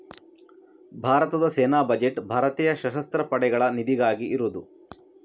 ಭಾರತದ ಸೇನಾ ಬಜೆಟ್ ಭಾರತೀಯ ಸಶಸ್ತ್ರ ಪಡೆಗಳ ನಿಧಿಗಾಗಿ ಇರುದು